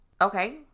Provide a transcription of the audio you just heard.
Okay